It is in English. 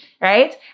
right